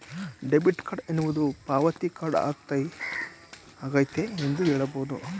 debit card ಎನ್ನುವುದು ಪಾವತಿ card ಆಗೈತೆ ಎಂದು ಹೇಳಬಹುದು